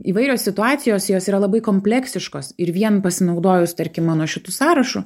įvairios situacijos jos yra labai kompleksiškos ir vien pasinaudojus tarkim mano šitu sąrašu